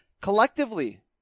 Collectively